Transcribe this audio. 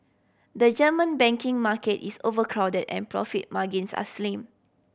the German banking market is overcrowded and profit margins are slim